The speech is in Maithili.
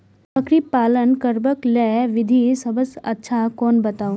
बकरी पालन करबाक लेल विधि सबसँ अच्छा कोन बताउ?